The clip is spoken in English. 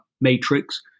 Matrix